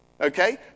Okay